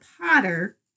potter